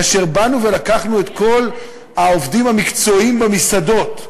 כאשר באנו ולקחנו את כל העובדים המקצועיים במסעדות,